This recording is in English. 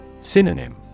Synonym